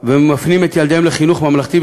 ומפנים את ילדיהם לחינוך ממלכתי,